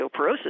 osteoporosis